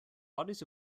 bodies